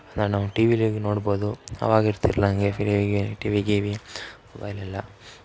ನಾನು ಟಿವಿಲಿ ನೋಡ್ಬೋದು ಆವಾಗ ಇರ್ತಿಲ್ಲ ಹಾಗೆ ಫ್ರೀಯಾಗಿ ಟಿವಿ ಗೀವಿ ಮೊಬೈಲೆಲ್ಲ